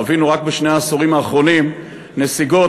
חווינו רק בשני העשורים האחרונים נסיגות,